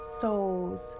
souls